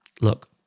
look